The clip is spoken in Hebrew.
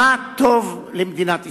מה טוב למדינת ישראל.